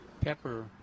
pepper